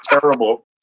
terrible